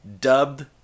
dubbed